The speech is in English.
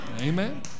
Amen